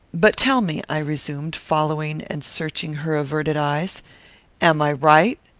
but tell me, i resumed, following and searching her averted eyes am i right?